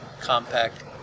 compact